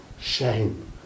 shame